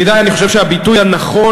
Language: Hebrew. ידידי, אני חושב שהביטוי הנכון,